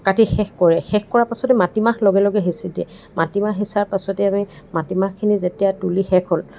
কাটি শেষ কৰে শেষ কৰা পাছতে মাটিমাহ লগে লগে সিঁচি দিয়ে মাটিমাহ সিঁচাৰ পাছতেই আমি মাটিমাহখিনি যেতিয়া তুলি শেষ হ'ল